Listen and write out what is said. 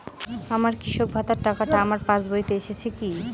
আমার কৃষক ভাতার টাকাটা আমার পাসবইতে এসেছে কি?